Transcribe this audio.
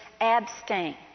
abstain